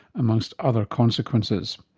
amongst other consequences.